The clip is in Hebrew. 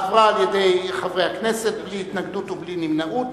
עברה על-ידי חברי הכנסת בלי התנגדות ובלי נמנעות,